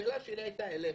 השאלה שלי הופנתה אליך,